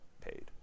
paid